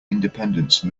independence